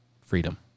freedom